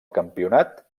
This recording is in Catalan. campionat